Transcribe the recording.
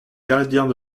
gardiens